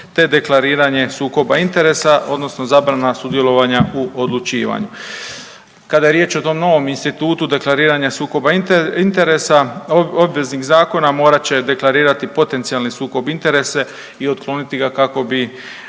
te deklariranje sukoba interesa odnosno zabrana sudjelovanja u odlučivanju. Kada je riječ o tom novom institutu deklariranja sukoba interesa obveznih zakona morat će deklarirati potencijali sukob interesa i otkloniti ga kako bi